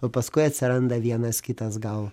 o paskui atsiranda vienas kitas gal